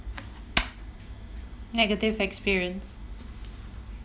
negative experience